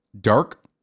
Dark